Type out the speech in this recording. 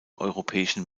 europäischen